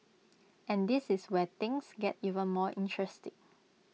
and this is where things get even more interesting